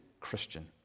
Christian